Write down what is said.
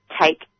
take